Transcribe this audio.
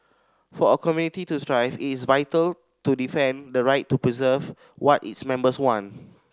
for a community to thrive it is vital to defend the right to preserve what its members want